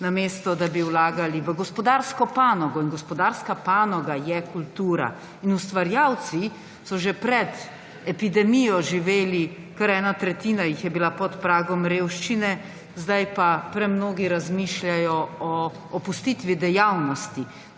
namesto da bi vlagali v gospodarsko panogo. Gospodarska panoga je kultura. Ustvarjalci so že pred epidemijo živeli, kar ena tretjina jih je bila pod pragom revščine, sedaj pa premnogi razmišljajo o opustitvi dejavnosti.